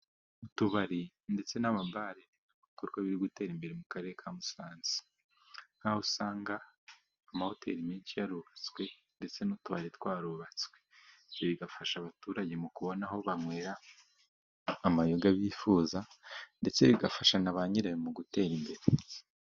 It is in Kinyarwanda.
Utubari ndetse n'amabare ni ibikorwa biri gutera imbere mu Karere ka Musanze, nk'aho usanga amahoteri menshi yarubatswe, ndetse n'utubari twarubatswe. Ibi bigafasha abaturage mu kubona aho banywera amayoga bifuza, ndetse bigafasha na ba nyirayo mu gutera imbere.